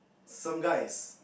some guys